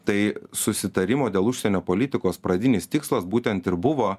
tai susitarimo dėl užsienio politikos pradinis tikslas būtent ir buvo